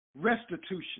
restitution